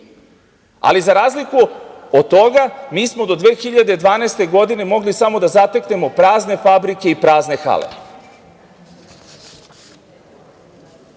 ali, za razliku od toga, mi smo do 2012. godine mogli samo da zateknemo prazne fabrike i prazne hale